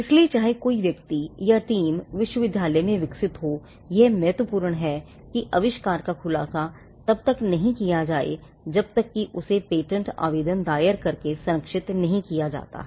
इसलिए चाहे कोई व्यक्ति या टीम विश्वविद्यालय में विकसित हो यह महत्वपूर्ण है कि आविष्कार का खुलासा तब तक नहीं किया जाए जब तक कि उसे पेटेंट आवेदन दायर करके उसे संरक्षित नहीं किया जाता है